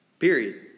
Period